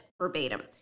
verbatim